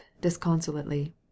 disconsolately